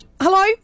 Hello